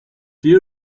you